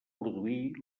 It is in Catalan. produir